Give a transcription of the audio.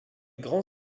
grand